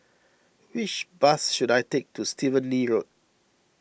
which bus should I take to Stephen Lee Road